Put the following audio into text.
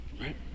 right